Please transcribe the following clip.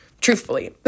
truthfully